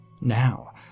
Now